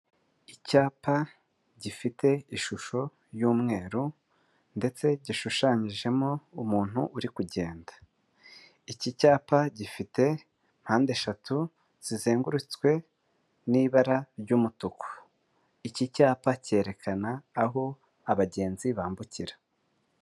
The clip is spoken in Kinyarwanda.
Icyapa gifite ishusho y'umweru ndetse gishushanyijemo umuntu uri kugenda. Iki cyapa gifite mpande eshatu zizengurutswe n'ibara ry'umutuku. Iki cyapa cyerekana aho abagenzi bambukira.